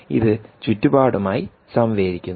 ഇത് ചുറ്റുപാടുമായി സംവേദിക്കുന്നു